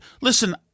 Listen